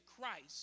Christ